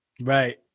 Right